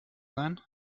sein